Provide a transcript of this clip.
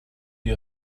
die